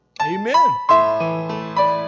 amen